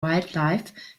wildlife